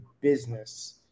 business